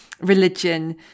religion